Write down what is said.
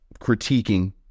critiquing